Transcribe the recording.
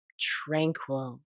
tranquil